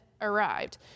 arrived